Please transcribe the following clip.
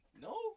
No